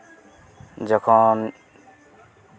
ᱡᱚᱠᱷᱚᱱ